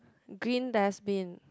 green dustbin